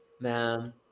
Ma'am